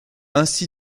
ainsi